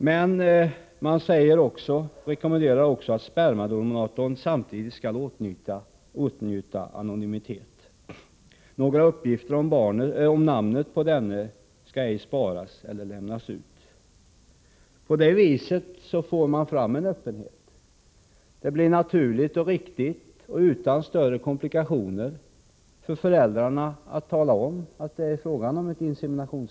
Men kommissionen rekommenderar också att spermadonatorn samtidigt skall åtnjuta anonymitet. Några uppgifter om namnet på denne skall ej sparas eller lämnas ut. På det viset får man en öppenhet. Det blir naturligt och riktigt och utan större komplikationer för föräldrarna att tala om för barnet att det tillkom genom insemination.